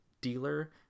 dealer